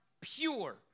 pure